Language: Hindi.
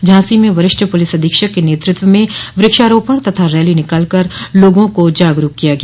झांसी में वरिष्ठ पुलिस अधीक्षक के नेतृत्व में वृक्षारोपण तथा रैली निकाल कर लोगों को जागरूक किया गया